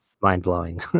mind-blowing